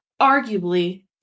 arguably